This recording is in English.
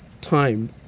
time